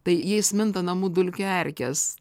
tai jais minta namų dulkių erkės